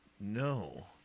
No